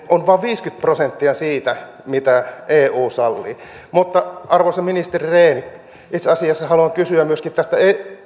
on vain viisikymmentä prosenttia siitä mitä eu sallii mutta arvoisa ministeri rehn itse asiassa haluan kysyä myöskin tästä